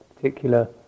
particular